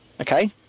Okay